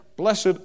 Blessed